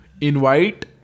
invite